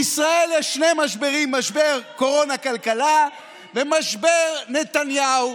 בישראל יש שני משברים: משבר קורונה-כלכלה ומשבר נתניהו,